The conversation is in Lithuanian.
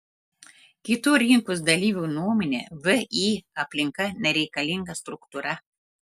kitų rinkos dalyvių nuomone vį aplinka nereikalinga struktūra